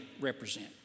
represent